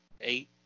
eight